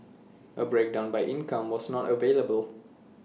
A breakdown by income was not available